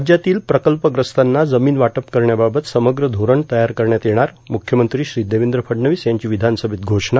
राज्यातील प्रकल्पग्रस्तांना जमीन वाटप करण्याबाबत समग्र धोरण तयार करण्यात येणार मुख्यमंत्री श्री देवेंद्र फडणवीस यांची विधानसभेत घोषणा